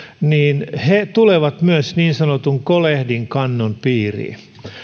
tulevat niin sanotun kolehdinkannon piiriin